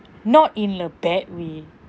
not in a bad way